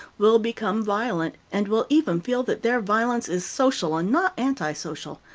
will become violent, and will even feel that their violence is social and not anti-social,